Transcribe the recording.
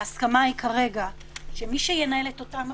ההסכמה כרגע שמי שינהל את אותם מחסומים,